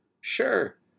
Sure